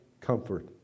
comfort